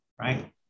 Right